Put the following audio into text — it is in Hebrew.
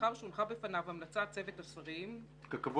לאחר שהונחה בפניו המלצת צוות השרים לענייני